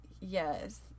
Yes